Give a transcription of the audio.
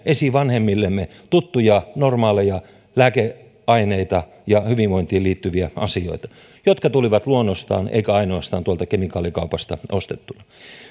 esivanhemmillemme tuttuja normaaleja lääkeaineita ja hyvinvointiin liittyviä asioita jotka tulivat luonnostaan eivätkä ainoastaan tuolta kemikaalikaupasta ostettuna